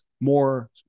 more